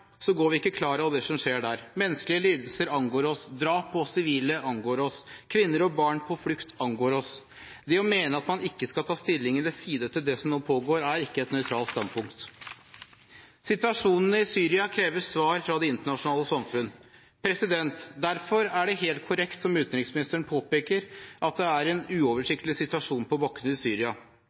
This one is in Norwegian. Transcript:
går vi ikke klar av det som skjer der. Menneskelige lidelser angår oss, drap på sivile angår oss, kvinner og barn på flukt angår oss. Det å mene at man ikke skal ta stilling til, eller side i, det som nå pågår, er ikke et nøytralt standpunkt. Situasjonen i Syria krever svar fra det internasjonale samfunn. Derfor er det helt korrekt, som utenriksministeren påpeker, at det er en uoversiktlig situasjon på bakken i Syria.